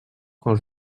quand